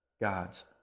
Gods